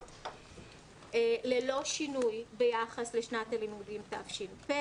ללא שינוי ביחס לשנת הלימודים תש"ף.